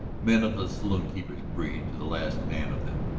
men of the saloon-keeper's breed to the last man of them.